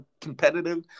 Competitive